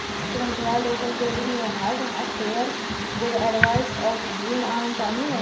श्रृंखला लेखन क्रेडिट में हार्ट अफेयर, गुड एडवाइस और ड्रीम ऑन शामिल हैं